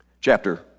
Chapter